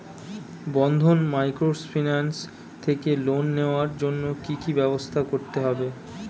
বন্ধন microfinance থেকে loan নেওয়ার জন্য কি কি ব্যবস্থা করতে হবে?